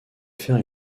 faire